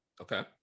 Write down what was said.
Okay